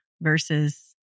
versus